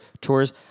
tours